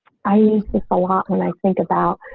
i use this a lot when i think about